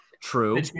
True